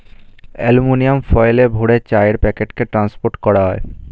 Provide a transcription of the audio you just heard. aluminium ফয়েলে ভরে চায়ের প্যাকেটকে ট্রান্সপোর্ট করা হয়